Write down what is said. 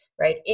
Right